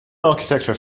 architecture